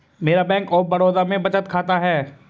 मेरा bank of Baroda में बचत खाता है